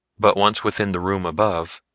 but once within the room above,